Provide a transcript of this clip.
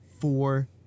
four